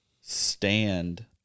stand